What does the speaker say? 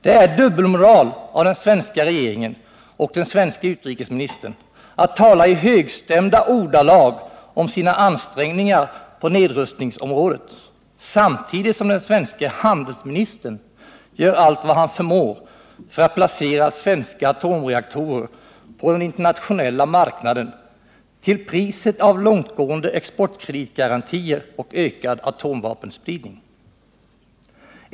Det är dubbelmoral av den svenska regeringen och den svenske utrikesministern att tala i högstämda ordalag om sina ansträngningar på nedrustningsområdet, samtidigt som den svenske handelsministern gör allt vad han förmår för att placera svenska atomreaktorer på den internationella marknaden till priset av långtgående exportkreditgarantier och ökad atomvapenspridning.